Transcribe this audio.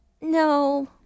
No